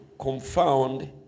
confound